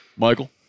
michael